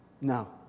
no